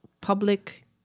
public